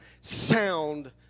sound